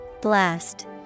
Blast